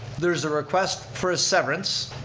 there's a request for a severance.